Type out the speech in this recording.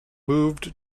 moved